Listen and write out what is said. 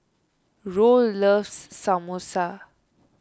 Roll loves Samosa